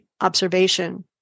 observation